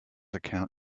account